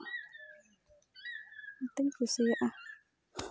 ᱚᱱᱟᱛᱤᱧ ᱠᱩᱥᱤᱭᱟᱜᱼᱟ